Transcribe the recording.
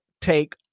take